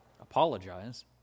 apologize